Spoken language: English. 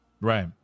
Right